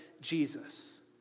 Jesus